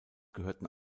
gehörten